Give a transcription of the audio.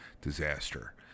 disaster